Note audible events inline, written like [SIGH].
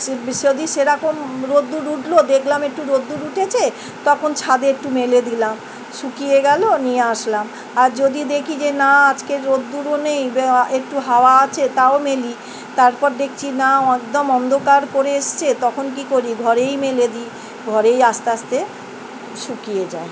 [UNINTELLIGIBLE] যদি সেরকম রোদ্দুর উঠলো দেখলাম একটু রোদ্দুর উঠেছে তখন ছাদে একটু মেলে দিলাম শুকিয়ে গেল নিয়ে আসলাম আর যদি দেখি যে না আজকে রোদ্দুরও নেই একটু হাওয়া আছে তাও মিলি তারপর দেখছি না একদম অন্ধকার করে এসেছে তখন কী করি ঘরেই মিলে দিই ঘরেই আস্তে আস্তে শুকিয়ে যায়